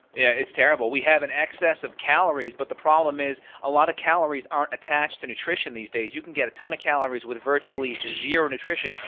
it's terrible. we have an excess of calories, but the problem is a lot of calories aren't attached to nutrition these days. you can get a ton of calories with virtually zero nutrition.